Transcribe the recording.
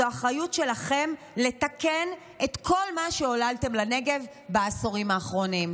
זו אחריות שלכם לתקן את כל מה שעוללתם לנגב בעשורים האחרונים.